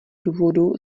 důvodů